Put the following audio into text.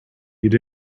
that